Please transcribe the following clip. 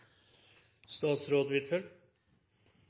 statsråd